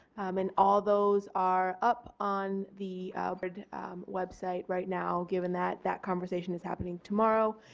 and all those are up on the website right now given that that conversation is happening tomorrow.